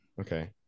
Okay